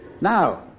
Now